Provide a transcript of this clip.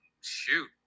Shoot